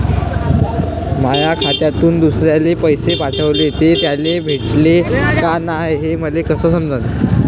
माया खात्यातून दुसऱ्याले पैसे पाठवले, ते त्याले भेटले का नाय हे मले कस समजन?